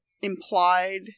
implied